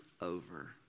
over